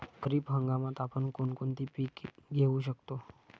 खरीप हंगामात आपण कोणती कोणती पीक घेऊ शकतो?